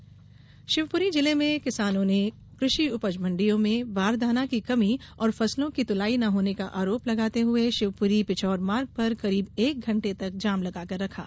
किसान चक्काजाम शिवप्री जिले में किसानों ने कृषि उपज मंडियों में बारदाना की कमी और फसलों की तुलाई नहीं होने का आरोप लगाते हुए शिवपुरी पिछोर मार्ग पर करीब एक घंटे तक जाम लगाकर रखा